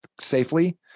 safely